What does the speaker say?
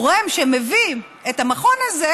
תורם שמביא את המכון הזה,